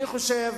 אני חושב